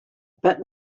but